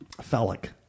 phallic